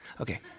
Okay